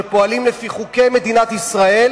שפועלים לפי חוקי מדינת ישראל,